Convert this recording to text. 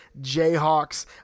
Jayhawks